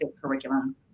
curriculum